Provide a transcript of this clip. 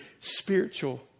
spiritual